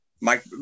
Mike